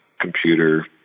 computer